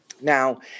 Now